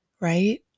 right